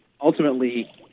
ultimately